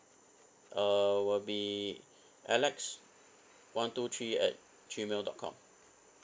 uh will be alex one two three at gmail dot com